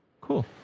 Cool